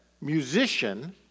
musician